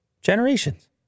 generations